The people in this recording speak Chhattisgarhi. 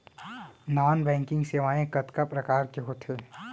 नॉन बैंकिंग सेवाएं कतका प्रकार के होथे